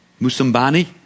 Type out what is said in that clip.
Musambani